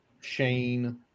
Shane